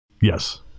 Yes